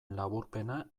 laburpena